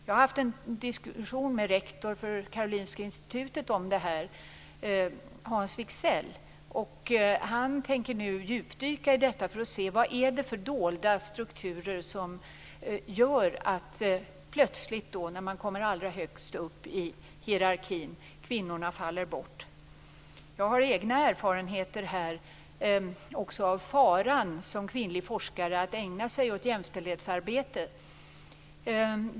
Jag har haft en diskussion om detta med rektorn för Karolinska institutet, Hans Wigzell. Han tänker nu göra en djupdykning i detta om försöka se vilka dolda strukturer som gör att kvinnorna plötsligt faller bort när man kommer allra högst upp i hierarkin. Jag har egna erfarenheter av faran att som kvinnlig forskare ägna sig åt jämställdhetsarbete.